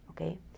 okay